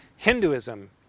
Hinduism